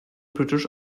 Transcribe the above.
british